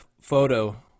photo –